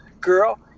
Girl